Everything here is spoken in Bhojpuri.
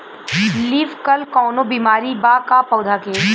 लीफ कल कौनो बीमारी बा का पौधा के?